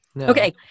Okay